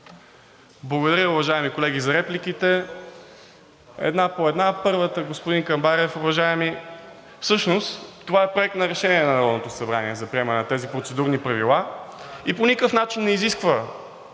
Благодаря, уважаеми колеги, за репликите. Една по една. Първата, господин Камбарев, уважаеми, всъщност това е Проект на решение на Народното събрание за приемане на тези процедурни правила и по никакъв начин не изисква